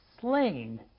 slain